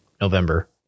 November